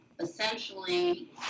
essentially